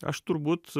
aš turbūt